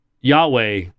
Yahweh